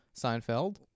Seinfeld